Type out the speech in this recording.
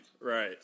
right